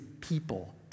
people